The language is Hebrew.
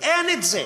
אין את זה.